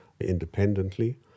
independently